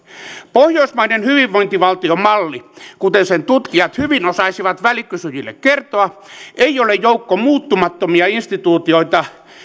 pohjoismaiden hyvinvointivaltiomalli kuten sen tutkijat hyvin osaisivat välikysyjille kertoa ei ole joukko muuttumattomia instituutioita